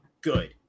good